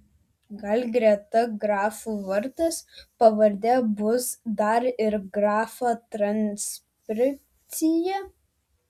gal greta grafų vardas pavardė bus dar ir grafa transkripcija